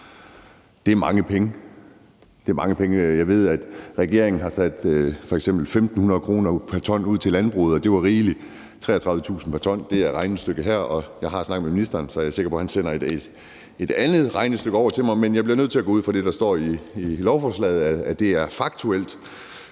Det er mange penge. Jeg ved, at regeringen f.eks. har givet landbruget en afgift på 1.500 kr. pr. t, og det var rigeligt. Regnestykket her giver 33.000 kr. pr. t. Jeg har snakket med ministeren, så jeg er sikker på, at han sender et andet regnestykke over til mig, men jeg bliver nødt til at gå ud fra, at det, der står i lovforslaget, er faktuelt.